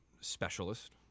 specialist